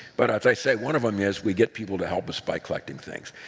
but as i say, one of them is we get people to help us by collecting things.